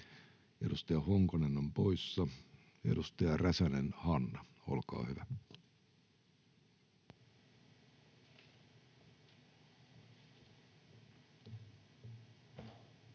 edustaja Honkonen on poissa. — Edustaja Räsänen, Hanna, olkaa hyvä.